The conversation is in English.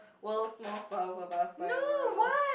world's most powerful passport in the world